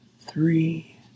Three